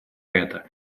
это